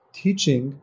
teaching